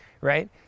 right